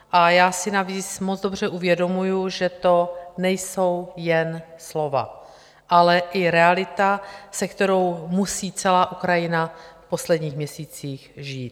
A já si navíc moc dobře uvědomuji, že to nejsou jen slova, ale i realita, se kterou musí celá Ukrajina v posledních měsících žít.